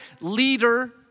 leader